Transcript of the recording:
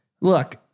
Look